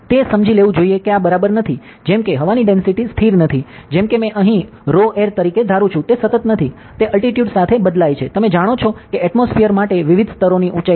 તે સમજી લેવું જોઈએ કે આ બરાબર નથી જેમ કે હવાની ડેંસિટી સ્થિર નથી જેમ કે મેં અહીં ρair તરીકે ધારુ છુ તે સતત નથી તે અલ્ટિટ્યુડ સાથે બદલાય છે તમે જાણો છો કે એટમોસ્ફિઅર માટે વિવિધ સ્તરોની ઉંચાઈ છે